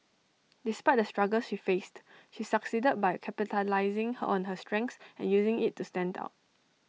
despite the struggles she faced she succeeded by capitalising her on her strengths and using IT to stand out